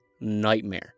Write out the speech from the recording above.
nightmare